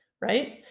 right